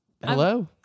Hello